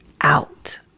out